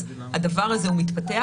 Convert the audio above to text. אז הדבר הזה הוא מתפתח.